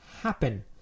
happen